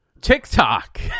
tiktok